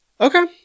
okay